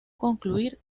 concluir